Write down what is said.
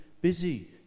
busy